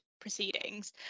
proceedings